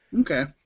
Okay